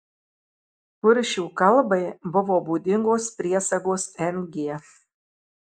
kuršių kalbai buvo būdingos priesagos ng